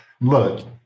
Look